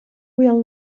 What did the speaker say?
will